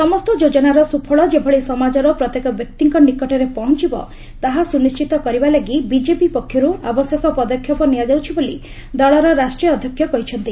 ସମସ୍ତ ଯୋଜନାର ସ୍ରଫଳ ଯେଭଳି ସମାଜର ପ୍ରତ୍ୟେକ ବ୍ୟକ୍ତିଙ୍କ ନିକଟରେ ପହଞ୍ଚବ ତାହା ସୁନିଣ୍ଚିତ କରିବା ଲାଗି ବିଜେପି ପକ୍ଷର୍ ଆବଶ୍ୟକ ପଦକ୍ଷେପ ନିଆଯାଉଛି ବୋଲି ଦଳର ରାଷ୍ଟ୍ରୀୟ ଅଧ୍ୟକ୍ଷ କହିଛନ୍ତି